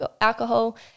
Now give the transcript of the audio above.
alcohol